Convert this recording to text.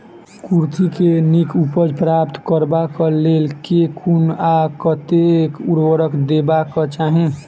कुर्थी केँ नीक उपज प्राप्त करबाक लेल केँ कुन आ कतेक उर्वरक देबाक चाहि?